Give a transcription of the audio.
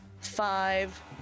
five